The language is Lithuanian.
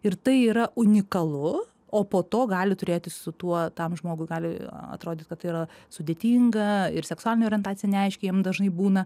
ir tai yra unikalu o po to gali turėti su tuo tam žmogui gali atrodyt kad tai yra sudėtinga ir seksualinė orientacija neaiški jam dažnai būna